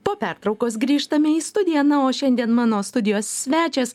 po pertraukos grįžtame į studiją na o šiandien mano studijos svečias